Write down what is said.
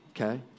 Okay